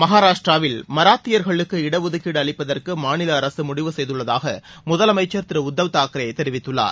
மகாராஷ்டிராவில் மராத்தியர்களுக்கு இடஒதுக்கீடு அளிப்பதற்கு மாநில அரசு முடிவு செய்துள்ளதாக முதலமைச்சர் திரு உத்தவ் தாக்ரே தெரிவித்துள்ளார்